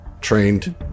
trained